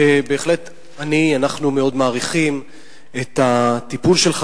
שבהחלט אנחנו מאוד מעריכים את הטיפול שלך